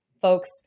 folks